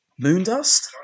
moondust